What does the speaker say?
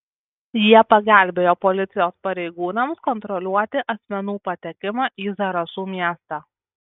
jie pagelbėjo policijos pareigūnams kontroliuoti asmenų patekimą į zarasų miestą